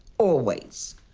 always.